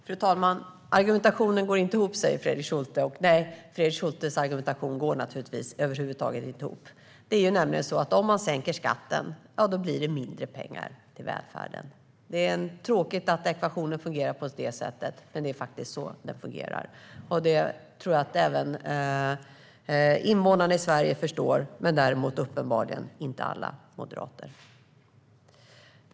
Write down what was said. Fru talman! Argumentationen går inte ihop, säger Fredrik Schulte. Nej, Fredrik Schultes argumentation går naturligtvis över huvud taget inte ihop. Det är nämligen så att om man sänker skatten blir det mindre pengar till välfärden. Det är tråkigt att ekvationen fungerar på det sättet, men det är faktiskt så den fungerar. Det tror jag att även invånarna i Sverige förstår, men däremot uppenbarligen inte alla moderater.